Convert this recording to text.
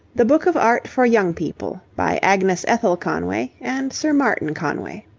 the book of art for young people by agnes ethel conway and sir martin conway